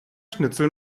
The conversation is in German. schnitzel